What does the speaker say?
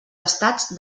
estats